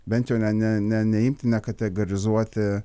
bent jau ne ne ne neimti nekategarizuoti